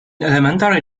elementary